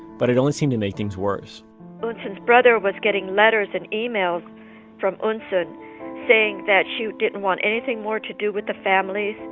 but it only seemed to make things worse eunsoon's brother was getting letters and emails from eunsoon saying that she didn't want anything more to do with the family.